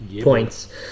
points